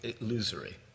illusory